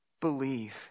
believe